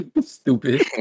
Stupid